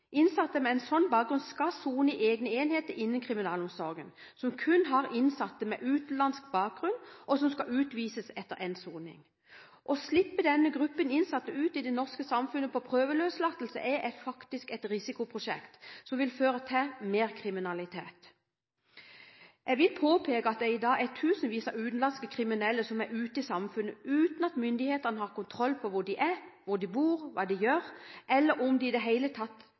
Innsatte med en sånn bakgrunn skal sone i egne enheter innen kriminalomsorgen som kun har innsatte med utenlandsk bakgrunn, og som skal utvises etter endt soning. Å slippe denne gruppen innsatte ut i det norske samfunnet på prøveløslatelse, er faktisk et risikoprosjekt som vil føre til mer kriminalitet. Jeg vil påpeke at det i dag er tusenvis av utenlandske kriminelle som er ute i samfunnet uten at myndighetene har kontroll på hvor de er, hvor de bor, hva de gjør, eller om de i det hele tatt